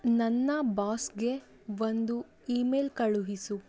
ನನ್ನ ಬಾಸ್ಗೆ ಒಂದು ಇಮೇಲ್ ಕಳುಹಿಸು